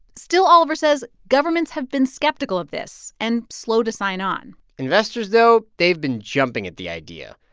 still, oliver says, governments have been skeptical of this and slow to sign on investors, though, they've been jumping at the idea.